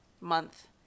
month